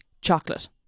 chocolate